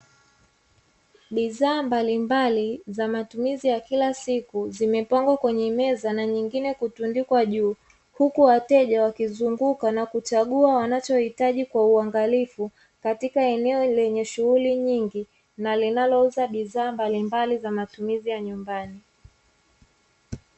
Bidhaa mbalimbali za matumizi ya kila siku zimepangwa kwenye meza na nyingine kutundikwa juu, huku wateja wakizunguka na kuchagua wanachohitaji kwa uangalifu katika eneo lenye shughuli nyingi na linalouza bidhaa mbalimbali za matumizi ya nyumbani.